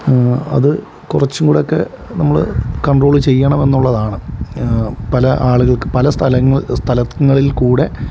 അത് കുറച്ചും കൂടെയൊക്കെ നമ്മൾ കണ്ട്രോൾ ചെയ്യണം എന്നുള്ളതാണ് പല ആളുകൾക്കും പല സ്ഥലങ്ങൾ സ്ഥലങ്ങളിൽക്കൂടെ